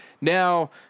now